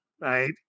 Right